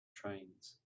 trains